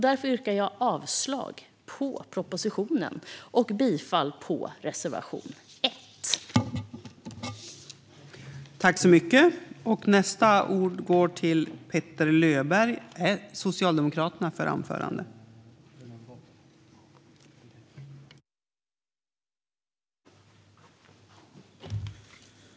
Därför yrkar jag avslag på propositionen och bifall till reservation 1.